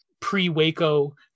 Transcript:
pre-waco